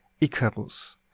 Icarus